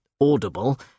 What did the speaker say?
Audible